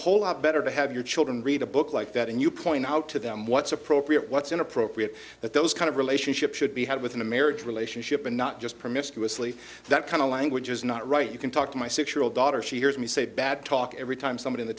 whole lot better to have your children read a book like that and you point out to them what's appropriate what's inappropriate that those kind of relationship should be had within a marriage relationship and not just promiscuously that kind of language is not right you can talk to my six year old daughter she hears me say bad talk every time someone in the